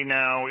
now